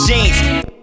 jeans